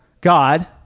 God